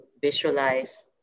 visualize